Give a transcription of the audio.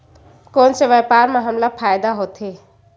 कोन से व्यापार म हमला फ़ायदा होथे?